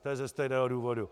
To je ze stejného důvodu.